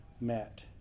met